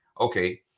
Okay